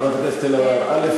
חברת הכנסת אלהרר, א.